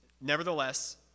Nevertheless